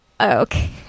Okay